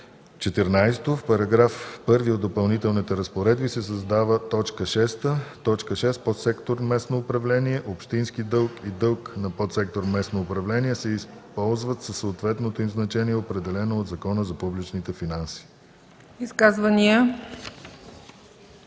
14. В § 1 от Допълнителната разпоредба се създава т. 6: „6. Подсектор „Местно управление”, „Общински дълг” и „Дълг на подсектор „Местно управление” се използват със съответното им значение, определено със Закона за публичните финанси.”.”